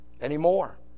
anymore